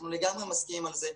אנחנו לגמרי מסכימים על זה.